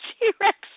T-Rex